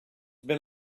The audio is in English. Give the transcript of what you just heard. been